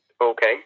Okay